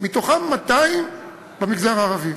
מתוכם 200 במגזר הערבי.